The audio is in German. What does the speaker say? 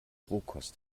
rohkost